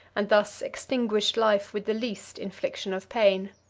and thus extinguished life with the least infliction of pain.